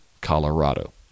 Colorado